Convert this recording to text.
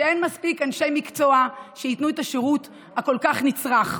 אין מספיק אנשי מקצוע שייתנו את השירות הכל-כך נצרך.